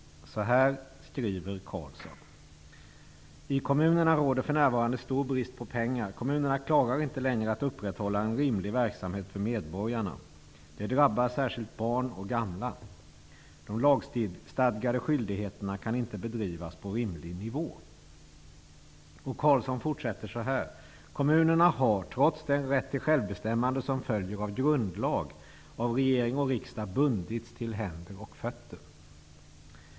Så här skriver Karlsson: I kommunerna råder för närvarande stor brist på pengar. Kommunerna klarar inte längre att upprätthålla en rimlig verksamhet för medborgarna. Det drabbar särskilt barn och gamla. De lagstadgade skyldigheterna kan inte bedrivas på rimlig nivå. Karlsson fortsätter så här: Kommunerna har, trots den rätt till självbestämmande som följer av grundlag, av regering och riksdag bundits till händer och fötter.